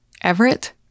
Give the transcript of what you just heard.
Everett